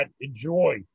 enjoy